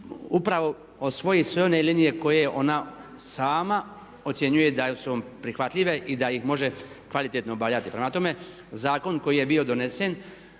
upravo osvoji sve one linije koje ona sama ocjenjuje da su prihvatljive i da ih može kvalitetno obavljati. Prema tome, zakon koji je bio donesen,